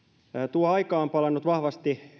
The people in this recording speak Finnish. tuo aika on palannut vahvasti